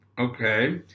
Okay